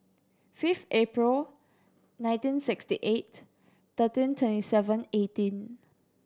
fifth April nineteen sixty eight thirteen twenty seven eighteen